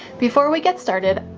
before we get started,